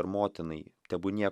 ar motinai tebūnie